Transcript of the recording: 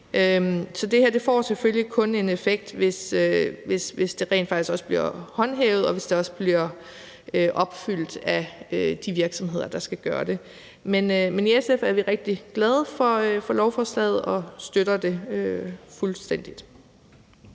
Så det her får selvfølgelig kun en effekt, hvis det rent faktisk også bliver håndhævet, og hvis det også bliver fulgt af de virksomheder, der skal gøre det. Men i SF er vi rigtig glade for lovforslaget og støtter det fuldstændig.